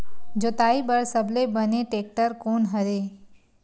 जोताई बर सबले बने टेक्टर कोन हरे?